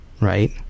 right